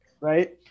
right